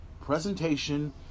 presentation